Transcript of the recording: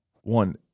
one